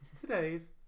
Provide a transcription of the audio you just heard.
Today's